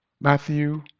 Matthew